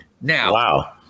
Now